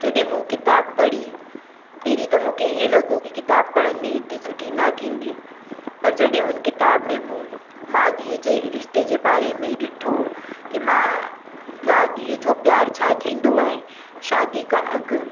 जॾहिं मूं किताबु पढ़ी पहिरीं त मूंखे हीअं लॻो किताबु पढ़ण में ऐतिरी सुठी न थींदी पर जॾहिं हुन किताब में मूं माउ धीअ जे रिश्ते जे बारे में ॾिठो की माउ लाइ धीअ जो प्यारु छा थींदो आहे शादी खां अॻु